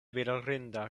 bedaŭrinda